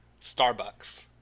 Starbucks